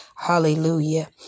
Hallelujah